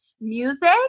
music